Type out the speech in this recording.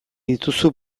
dituzu